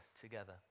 together